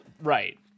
Right